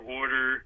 order